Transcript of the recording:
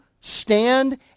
stand